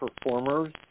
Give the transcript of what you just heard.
performers